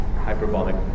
hyperbolic